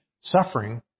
suffering